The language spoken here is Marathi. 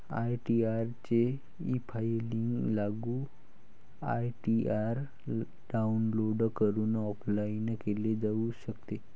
आई.टी.आर चे ईफायलिंग लागू आई.टी.आर डाउनलोड करून ऑफलाइन केले जाऊ शकते